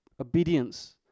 obedience